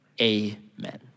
amen